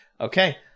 Okay